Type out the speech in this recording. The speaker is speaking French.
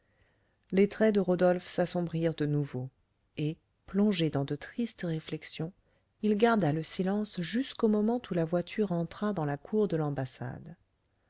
les traits de rodolphe s'assombrirent de nouveau et plongé dans de tristes réflexions il garda le silence jusqu'au moment où la voiture entra dans la cour de l'ambassade